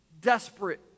desperate